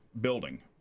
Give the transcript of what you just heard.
building